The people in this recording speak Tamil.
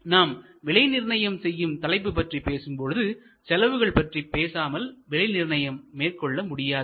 நாம் விலை நிர்ணயம் செய்யும் தலைப்பு பற்றி பேசும் பொழுது செலவுகள் பற்றி பேசாமல் விலை நிர்ணயம் மேற்கொள்ள முடியாது